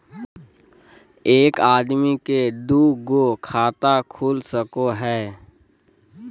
एक आदमी के दू गो खाता खुल सको है?